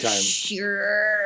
sure